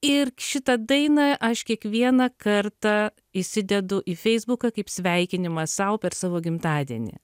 ir šitą dainą aš kiekvieną kartą įsidedu į feisbuką kaip sveikinimą sau per savo gimtadienį